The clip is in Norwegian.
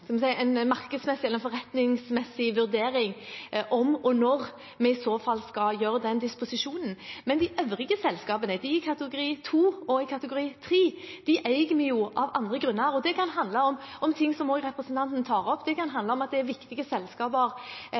forretningsmessig vurdering om og når vi i så fall skal gjøre den disposisjonen. Men de øvrige selskapene, de i kategori 2 og i kategori 3, eier vi av andre grunner. Det kan handle om ting som også representanten tar opp, at det er viktige selskaper for oss, at hovedkontoret er